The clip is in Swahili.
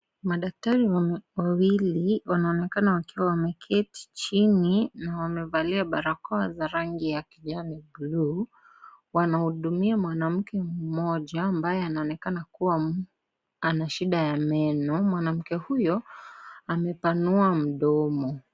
Madaktari wawili wanaonekana wakiwa wameketi chini na wamevalia barakoa za rangi ya kijani buluu, wanahudumia mwanamke mmoja ambaye anaonekana kuwa ana shida ya meno mwanamke huyo amepanua mdomo.